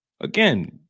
again